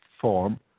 form